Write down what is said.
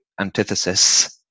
antithesis